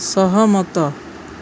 ସହମତ